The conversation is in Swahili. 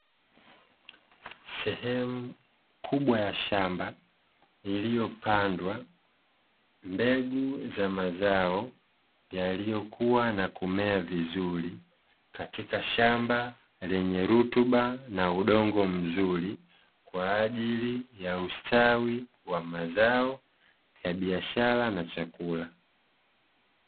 Sehemu kubwa ya shamba, iliyopandwa mbegu za mazao yaliyokua na kumea vizuri katika shamba lenye rutuba na udongo mzuri kwa ajili ya ustawi wa mazao ya biashara na chakula.